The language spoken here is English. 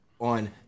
on